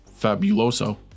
Fabuloso